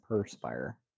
Perspire